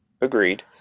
Agreed